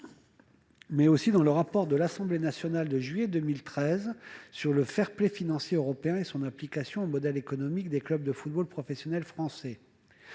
mais aussi dans le rapport d'information de l'Assemblée nationale du 3 juillet 2013 sur le fair-play financier européen et son application au modèle économique des clubs de football professionnel français.